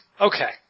Okay